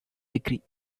degree